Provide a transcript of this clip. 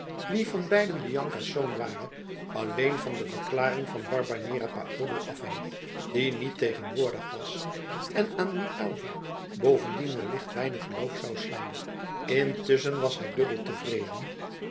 wie van beiden bianca's zoon ware alleen van de verklaring van barbanera paolo afhing die niet tegenwoordig was en aan wien aylva bovendien wellicht weinig geloof zou slaan intusschen was hij dubbel tevreden